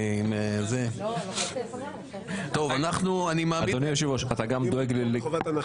אני מקריא את ההצעה: אני מעמיד להצבעה המלצה